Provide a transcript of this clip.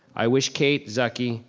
i wish kate, zaki,